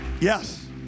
Yes